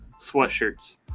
sweatshirts